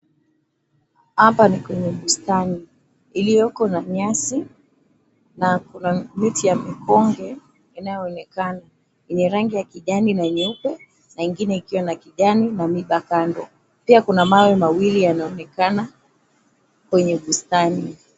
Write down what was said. Hapa ni kwenye bustani, iliyoko na nyasi, na kuna miti ya mikonge inayoonekana yenye rangi ya kijani na nyeupe na ingine ikiwa ya kijani na kuna miiba kando. Pia kuna mawe mawili yanayoonekana kwenye bustani.